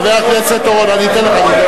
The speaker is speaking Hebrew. חבר הכנסת אורון, אני אתן לך.